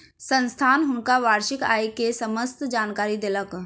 संस्थान हुनका वार्षिक आय के समस्त जानकारी देलक